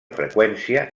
freqüència